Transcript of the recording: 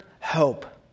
hope